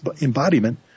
embodiment